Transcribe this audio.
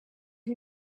who